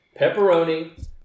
pepperoni